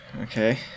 Okay